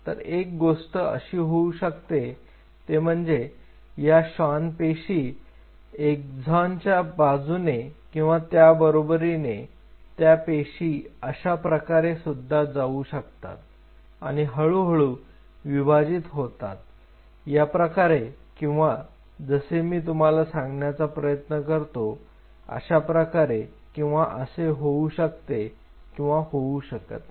तर एक गोष्ट अशी होऊ शकते ते म्हणजे या श्वान पेशी एक्झानच्याबाजूने आणि त्याच बरोबरीने त्या पेशी अशाप्रकारे सुद्धा जाऊ शकतात आणि हळूहळू विभाजित होतात याप्रकारे किंवा जसे मी तुम्हाला सांगायचा प्रयत्न करतो अशाप्रकारे किंवा असे होऊ शकते किंवा होऊ शकत नाही